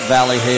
Valley